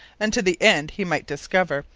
and to the end, he might discover,